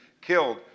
killed